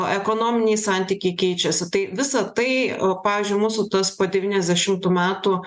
ekonominiai santykiai keičiasi tai visa tai pavyzdžiui mūsų tas pa devyniasdešimtų metų